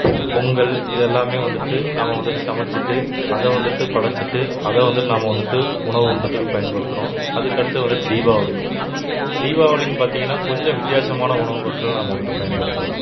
பொ பொங்கல் இதெல்லாம் வந்துட்டு நாம் வந்துட்டு சமைச்சிட்டு அதை வந்துட்டு படைச்சிட்டு அதை வந்துட்டு நாம் வந்துட்டு உணவு உண்ணுறதுக்கு பயன்படுத்துகிறோம் அதுக்கடுத்து வந்துட்டு தீபாவளி தீபாவளின்னு பார்த்தீங்கன்னா கொஞ்சம் வித்தியாசமான உணவு பொருட்கள் நாம் வந்துட்டு பயன்படுத்துவோம்